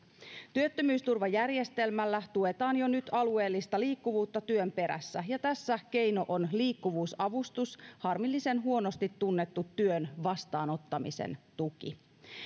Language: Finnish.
työttömyysturvajärjestelmällä tuetaan jo nyt alueellista liikkuvuutta työn perässä ja tässä keino on liikkuvuusavustus harmillisen huonosti tunnettu työn vastaanottamisen tuki